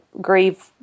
grieve